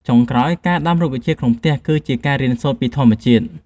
ចុងក្រោយ ការដាំរុក្ខជាតិក្នុងផ្ទះគឺជាការរៀនសូត្រពីធម្មជាតិ។